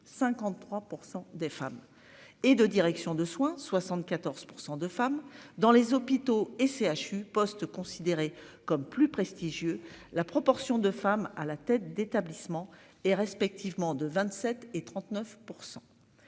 53% des femmes et de direction de soins 74% de femmes dans les hôpitaux et CHU considéré comme plus prestigieux. La proportion de femmes à la tête d'établissement et respectivement de 27 et 39%.